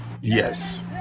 yes